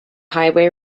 highway